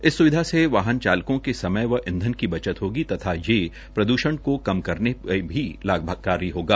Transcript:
इस स्विधा से वाहन चालकों को समय व ईधन की बचत होगी तथा ये प्रद्षण को कम करने में भी लाभकारी होगा